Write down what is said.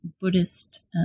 Buddhist